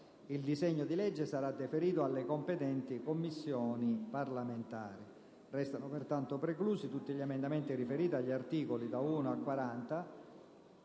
Il disegno di legge sarà deferito alle competenti Commissioni parlamentari. Risultano pertanto preclusi tutti gli emendamenti riferiti agli articoli da 1 a 40